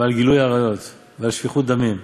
ועל גילוי עריות, ועל שפיכות דמים,